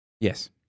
Yes